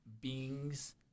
beings